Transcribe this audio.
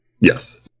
Yes